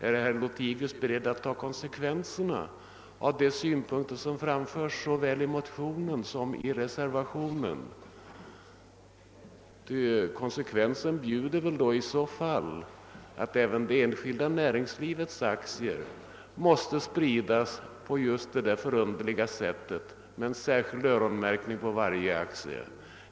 är herr Lothigius beredd att ta konsekvensen av de synpunkter som framförs såväl i motionen som i reservationen? Konsekvensen bjuder väl i så fall att även det enskilda näringslivets aktier måste spridas på just det där förunderliga sättet med särskild öronmärkning på varje aktie.